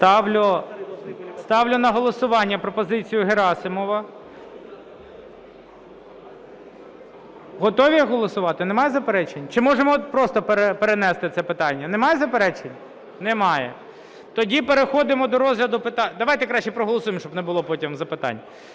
Ставлю на голосування пропозицію Герасимова. Готові голосувати? Немає заперечень? Чи можемо просто перенести це питання? Немає заперечень? Немає. Тоді переходимо до розгляду… Давайте краще проголосуємо, щоб не було потім запитань.